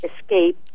escape